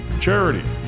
charity